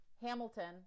Hamilton